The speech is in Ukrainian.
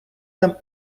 нам